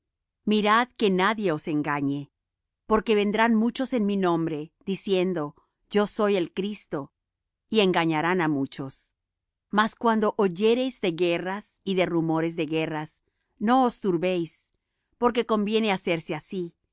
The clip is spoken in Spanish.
mirad que nadie os engañe porque vendrán muchos en mi nombre diciendo yo soy el cristo y engañaran á muchos mas cuando oyereis de guerras y de rumores de guerras no os turbéis porque conviene hacerse así